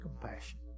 compassion